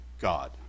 God